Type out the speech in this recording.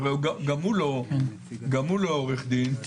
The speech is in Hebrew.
אבל גם הוא לא עורך דין,